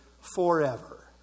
forever